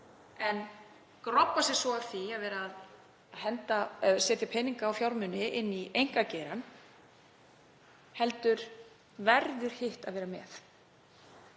en grobba sig svo af því að vera að setja peninga og fjármuni inn í einkageirann, heldur verður hitt að vera með.